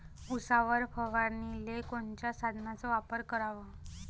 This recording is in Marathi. उसावर फवारनीले कोनच्या साधनाचा वापर कराव?